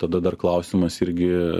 tada dar klausimas irgi